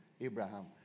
Abraham